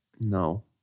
No